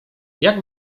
jak